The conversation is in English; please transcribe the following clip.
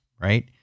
right